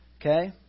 okay